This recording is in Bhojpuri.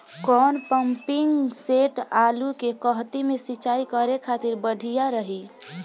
कौन पंपिंग सेट आलू के कहती मे सिचाई करे खातिर बढ़िया रही?